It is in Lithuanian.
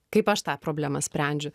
kaip aš tą problemą sprendžiu